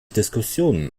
diskussionen